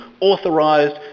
authorised